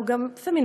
הוא גם פמיניסט,